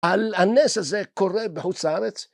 ‫הנס הזה קורה בחוץ לארץ?